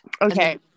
Okay